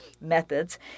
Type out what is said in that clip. methods